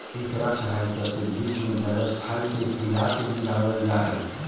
इकरा सहायता से वृक्ष में लगल फल के हिलाके गिरावाल जा हई